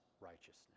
righteousness